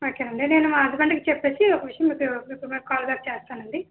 ఓకేనండి నేను మా హస్బెండ్ కి చెప్పేసి ఒక విషయం మీకు కాల్ బ్యాక్ చేస్తానండి